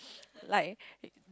like the